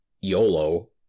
YOLO